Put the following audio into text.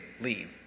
leave